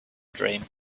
dream